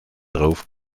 drauf